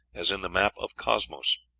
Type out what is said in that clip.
as in the map of cosmos